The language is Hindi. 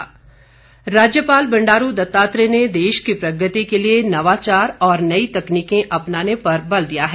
राज्यपाल राज्यपाल बंडारू दत्तात्रेय ने देश की प्रगति के लिए नवाचार और नई तकनीकें अपनाने पर बल दिया है